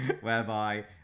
whereby